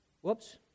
whoops